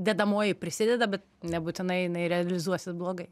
dedamoji prisideda bet nebūtinai realizuosis blogai